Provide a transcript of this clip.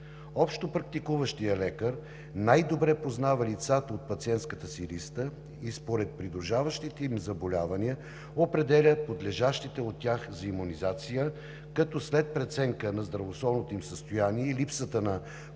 Общопрактикуващият лекар най-добре познава лицата от пациентската си листа и според придружаващите им заболявания определя подлежащите от тях за имунизация, като след преценка на здравословното им състояние и липсата на противопоказания